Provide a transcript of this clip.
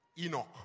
Enoch